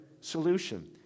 solution